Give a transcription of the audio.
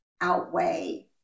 outweigh